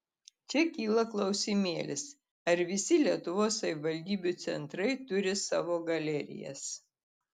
čia kyla klausimėlis ar visi lietuvos savivaldybių centrai turi savo galerijas